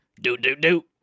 Do-do-do